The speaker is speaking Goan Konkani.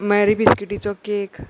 मॅरी बिस्किटीचो केक